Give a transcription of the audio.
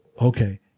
Okay